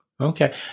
Okay